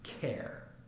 care